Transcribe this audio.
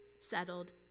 settled